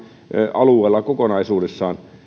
alueella kokonaisuudessaan